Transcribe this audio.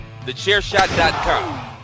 TheChairShot.com